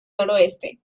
noroeste